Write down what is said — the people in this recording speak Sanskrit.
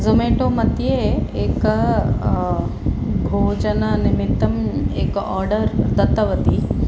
ज़ोमेटोमध्ये एकं भोजननिमित्तम् एकम् आर्डर् दत्तवती